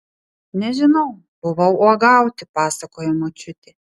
nežinau buvau uogauti pasakojo močiutė